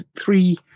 three